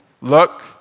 Look